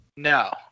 No